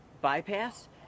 bypass